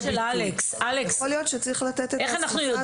יכול להיות שצריך לתת את ההסמכה הזו לשקול